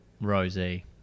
Rosie